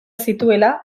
zituela